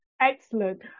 excellent